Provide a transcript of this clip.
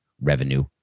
revenue